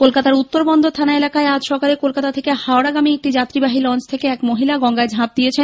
কলকাতার উত্তরবন্দর খানা এলাকায় আজ সকালে কলকাতা থেকে হাওড়াগামী এক যাত্রীবাহি লঞ্চ থেকে এক মহিলা গঙ্গায় ঝাঁপ দিয়েছে